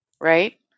right